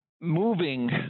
moving